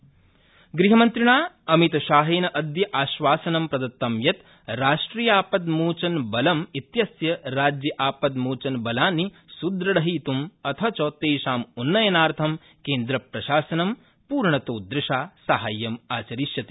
अमितशाह गृहमन्त्रिणा अमितशाहेन अद्य आश्वासनं प्रदत्तं यत् राष्ट्रियापद्योचनबलम् इत्यस्य राज्यापद्योचनबलानि सुद्रढ़यित्म् अथ च तेषाम उन्नयनार्थं केन्द्रप्रशासनं पूर्णतोद्वशा साहाव्यमाचरिष्यति